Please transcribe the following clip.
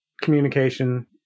communication